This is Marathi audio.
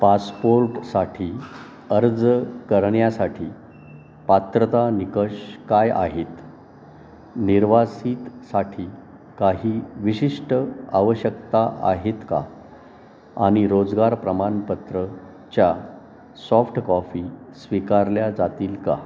पासपोर्टसाठी अर्ज करण्यासाठी पात्रता निकष काय आहेत निर्वासितसाठी काही विशिष्ट आवश्यकता आहेत का आणि रोजगार प्रमाणपत्रच्या सॉफ्टकॉफी स्वीकारल्या जातील का